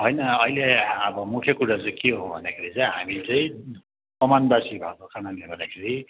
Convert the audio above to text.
होइन अहिले अब मुख्य कुरा चाहिँ के हो भन्दाखेरि चाहिँ हामीले चाहिँ कमानबासी भएको कारणले गर्दाखेरि